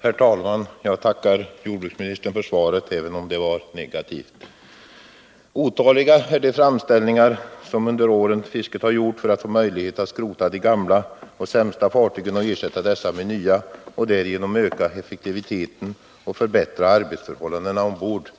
Herr talman! Jag tackar jordbruksministern för svaret, även om det var negativt. Otaliga är de framställningar fisket under åren gjort för att få möjlighet att skrota de gamla och sämsta fartygen och ersätta dessa med nya och därigenom öka effektiviteten och förbättra arbetsförhållandena ombord.